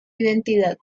identidad